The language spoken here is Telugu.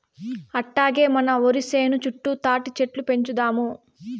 అట్టాగే మన ఒరి సేను చుట్టూ తాటిచెట్లు పెంచుదాము